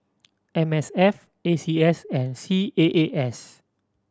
M S F A C S and C A A S